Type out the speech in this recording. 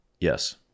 yes